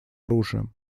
оружием